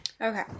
Okay